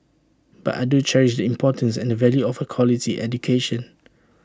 but I do cherish the importance and the value of A quality education